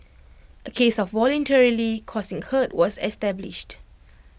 A case of voluntarily causing hurt was established